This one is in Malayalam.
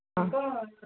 ആ